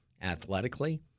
athletically